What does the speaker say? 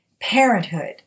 parenthood